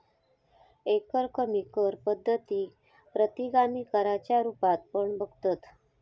एकरकमी कर पद्धतीक प्रतिगामी कराच्या रुपात पण बघतत